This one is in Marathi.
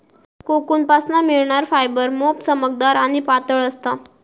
कोकूनपासना मिळणार फायबर मोप चमकदार आणि पातळ असता